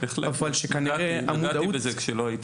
אבל כנראה --- דיברנו על מודעות כשלא היית.